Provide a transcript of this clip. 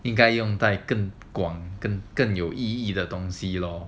应该用带更广跟更有意义的东西 loh